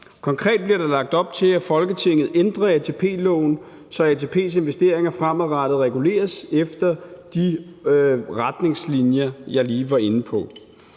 Konkret bliver der lagt op til, at Folketinget ændrer ATP-loven, så ATP's investeringer fremadrettet reguleres efter de retningslinjer, jeg lige var inde på.